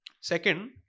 Second